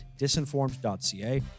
disinformed.ca